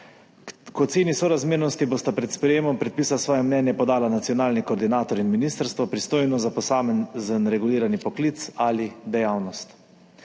K oceni sorazmernosti bosta pred sprejetjem predpisa svoje mnenje podala nacionalni koordinator in ministrstvo, pristojno za posamezen regulirani poklic ali dejavnost.